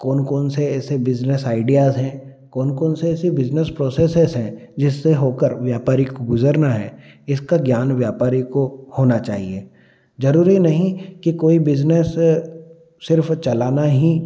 कौन कौन से ऐसे बिजनेस आइडियाज हैं कौन कौन से ऐसे बिजनेस प्रोसेसेस हैं जिससे होकर व्यापारी को गुजरना है इसका ज्ञान व्यापारी को होना चाहिए जरूरी नहीं की कोई बिजनेस सिर्फ चलाना ही